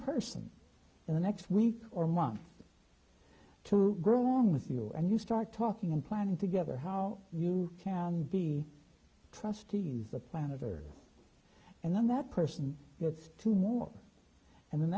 person in the next week or month to go along with you and you start talking and planning together how you can be trust to use the planet earth and then that person it's two more and then